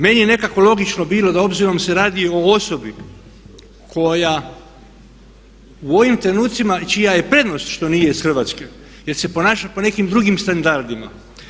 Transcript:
Meni je nekako logično bilo da obzirom da se radi o osobi koja u ovim trenucima čija je prednost što nije Hrvatska jer se ponaša po nekim drugim standardima.